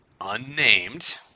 unnamed